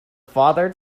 father